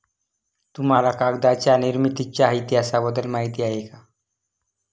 तुम्हाला कागदाच्या निर्मितीच्या इतिहासाबद्दल माहिती आहे का?